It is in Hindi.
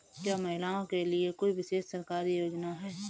क्या महिलाओं के लिए कोई विशेष सरकारी योजना है?